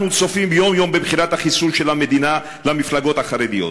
אנחנו צופים יום-יום במכירת החיסול של המדינה למפלגות החרדיות,